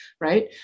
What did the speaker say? right